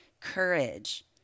courage